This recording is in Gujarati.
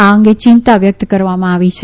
આ અંગે ચિંતા વ્યકત કરવામાં આવી છે